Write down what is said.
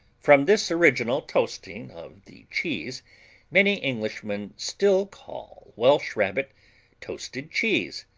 from this original toasting of the cheese many englishmen still call welsh rabbit toasted cheese,